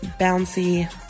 bouncy